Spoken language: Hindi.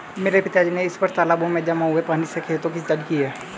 मेरे पिताजी ने इस वर्ष तालाबों में जमा हुए पानी से खेतों की सिंचाई की